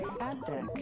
Aztec